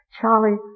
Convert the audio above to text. Charlie